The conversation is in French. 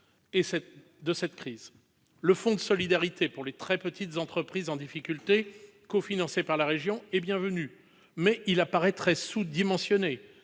de cette situation. Le fonds de solidarité pour les très petites entreprises en difficulté, cofinancé par les régions, est bienvenu, mais il paraît très sous-dimensionné